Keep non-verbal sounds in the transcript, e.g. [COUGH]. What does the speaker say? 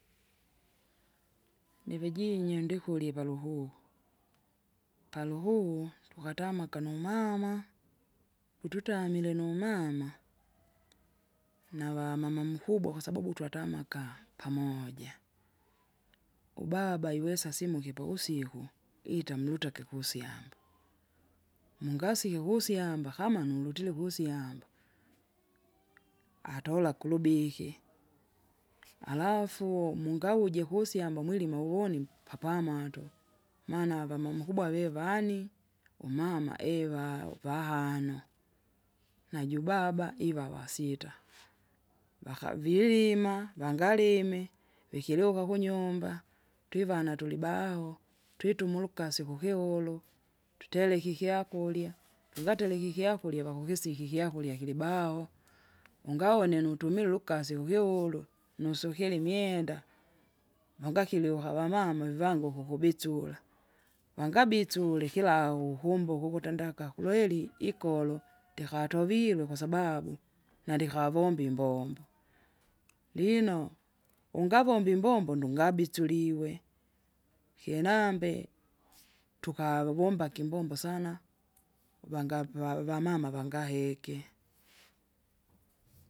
[NOISE] nivijinye iundikurya paluhuhu, paluhuhu tukatamwa akanumama, witutamile numama, [NOISE] navamama mkubwa kwasababu twatamaka pamoja. Ubaba iwesa simuke pawusiku, itamumule utake kusyamba, mungasiki kusyamba kama nulutire kusyamba, [NOISE] atola kulubike, [NOISE] alafu! mungawuje kusyamba mweirima uvoni, [NOISE] papamoto, [NOISE] maana avamamkubwa vevani? Umama iva vahano, najubaba iva wasita, vakavilima vangalime, vikiliuka kunyumba, twivana tulibaho, twitumulukasi kukiwolo, tutereke ikyakurya, [NOISE] tungaterike ikyakurya vakukisiki ikyakurya kilibaho, ungaone nutumila ulukasi kukiwulu, nusukile imwenda. [NOISE] Mungakiliuka avamama vivangu ukukubitsula, vangabitsule kilau ukumbuka ukute ndaka kulweri ikolo, [NOISE] ndikatovirwe kwasababu, nandikavombe imbombo. Lino! ungavombe imbombo nungabitsuliwe, kinambe, tukavombaki imbombo sana, uvanga apa vamama vangahike.